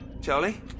Charlie